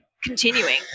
Continuing